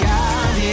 God